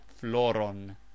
floron